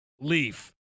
Leaf